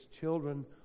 children